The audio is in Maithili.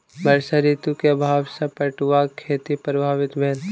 वर्षा ऋतू के अभाव सॅ पटुआक खेती प्रभावित भेल